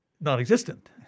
non-existent